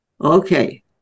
Okay